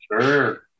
Sure